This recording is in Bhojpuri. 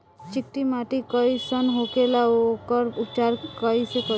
चिकटि माटी कई सन होखे ला वोकर उपचार कई से करी?